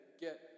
get